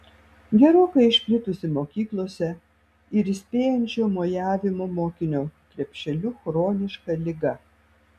gerokai išplitusi mokyklose ir įspėjančio mojavimo mokinio krepšeliu chroniška liga